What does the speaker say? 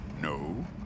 No